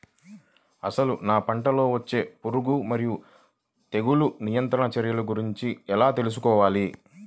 అసలు నా పంటలో వచ్చే పురుగులు మరియు తెగులుల నియంత్రణ చర్యల గురించి ఎలా తెలుసుకోవాలి?